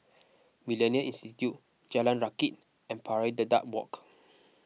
Millennia Institute Jalan Rakit and Pari Dedap Walk